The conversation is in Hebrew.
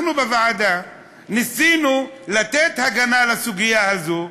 אנחנו בוועדה ניסינו לתת הגנה בסוגיה הזאת,